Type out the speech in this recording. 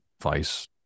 Vice